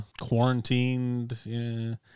quarantined